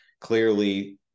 Clearly